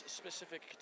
specific